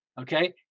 okay